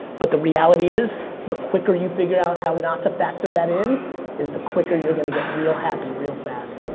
but the reality is, the quicker you figure out how not to factor that in is the quicker you're gonna get real happy, real fast.